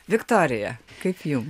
viktoriją kaip jum